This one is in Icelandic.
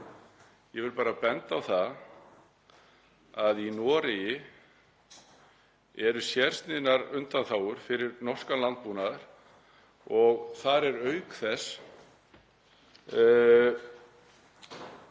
Ég vil bara benda á að í Noregi eru sérsniðnar undanþágur fyrir norskan landbúnað og þar eru auk þess